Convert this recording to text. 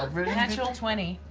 ah mary natural twenty.